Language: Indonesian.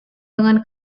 dengan